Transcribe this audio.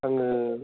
आङो